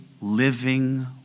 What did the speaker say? living